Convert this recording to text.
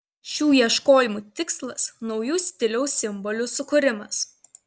šių ieškojimų tikslas naujų stiliaus simbolių sukūrimas